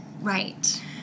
Right